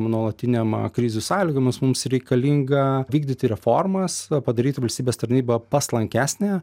nuolatiniam krizių sąlygomis mums reikalinga vykdyti reformas padaryti valstybės tarnybą paslankesnę